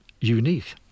unique